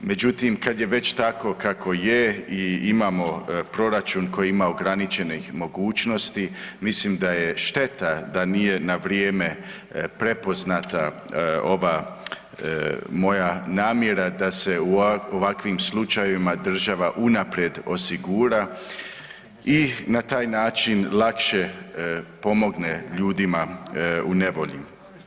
Međutim, kad je već tako kako je i imamo proračun koji ima ograničenih mogućnosti mislim da je šteta da nije na vrijeme prepoznata ova moja namjera da se u ovakvim slučajevima država unaprijed osigura i na taj način lakše pomogne ljudima u nevolji.